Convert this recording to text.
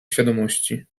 świadomości